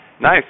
Nice